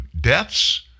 deaths